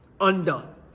undone